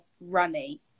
runny